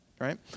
Right